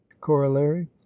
corollary